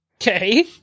Okay